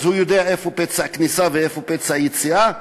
הוא יודע איפה פצע כניסה ואיפה פצע יציאה,